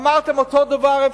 אמרתם אותו הדבר,